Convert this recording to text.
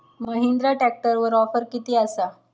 महिंद्रा ट्रॅकटरवर ऑफर किती आसा?